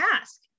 ask